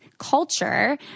culture